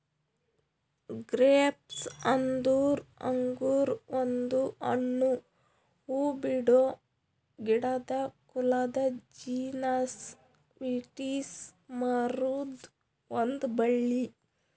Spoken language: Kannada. ಗ್ರೇಪ್ಸ್ ಅಂದುರ್ ಅಂಗುರ್ ಒಂದು ಹಣ್ಣು, ಹೂಬಿಡೋ ಗಿಡದ ಕುಲದ ಜೀನಸ್ ವಿಟಿಸ್ ಮರುದ್ ಒಂದ್ ಬಳ್ಳಿ